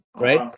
Right